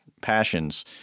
passions